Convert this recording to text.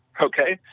okay?